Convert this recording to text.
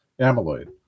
amyloid